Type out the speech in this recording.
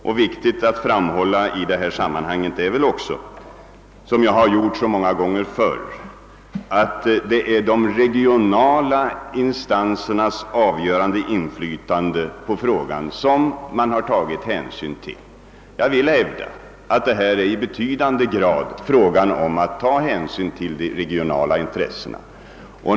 Det är viktigt att i detta sammanhang framhålla som jag har gjort så många gånger förr, att det i betydande grad gäller att ta hänsyn till de regionala och lokala intressena.